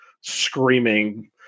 screaming